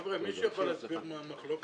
חברים, מישהו יכול להסביר על מה המחלוקת?